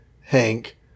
Hank